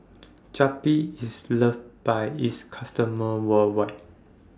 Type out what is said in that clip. Zappy IS loved By its customers worldwide